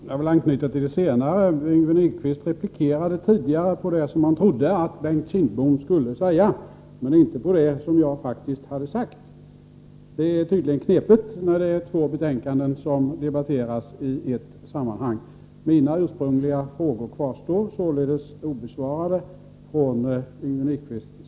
Fru talman! Jag vill anknyta till det senare. Yngve Nyquist replikerade tidigare på det som han trodde att Bengt Kindbom skulle säga men inte på det som jag faktiskt hade sagt. Det är tydligen knepigt när två betänkanden debatteras i ett sammanhang. Mina ursprungliga frågor kvarstår således obesvarade av Yngve Nyquist.